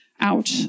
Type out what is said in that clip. out